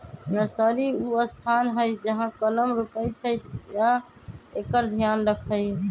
nursery उ स्थान हइ जहा कलम रोपइ छइ आ एकर ध्यान रखहइ